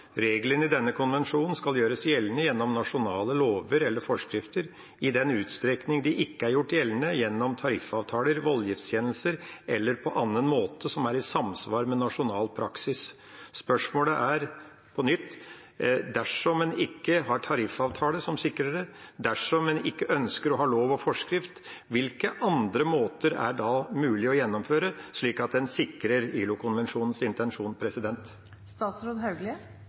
i denne konvensjon skal gjøres gjeldende gjennom nasjonale lover eller forskrifter, i den utstrekning de ikke er gjort gjeldende gjennom tariffavtaler, voldgiftskjennelser eller på annen måte som er i samsvar med nasjonal praksis.» Spørsmålet er på nytt: Dersom en ikke har tariffavtale som sikrer det, dersom en ikke ønsker å ha lov og forskrift, hvilke andre måter er det da mulig å gjennomføre det på, slik at en sikrer ILO-konvensjonens intensjon?